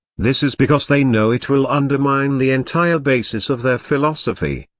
this is because they know it will undermine the entire basis of their philosophy.